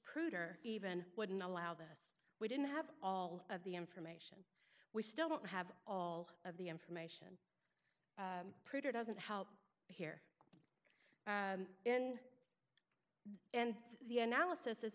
crude or even wouldn't allow this we didn't have all of the information we still don't have all of the information printed doesn't help here and and the analysis is